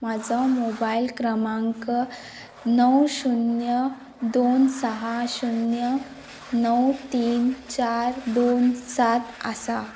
म्हाजो मोबायल क्रमांक णव शुन्य दोन साहा शुन्य णव तीन चार दोन सात आसा